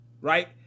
right